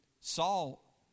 Saul